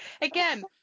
Again